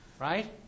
Right